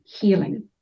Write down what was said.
healing